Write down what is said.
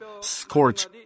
scorch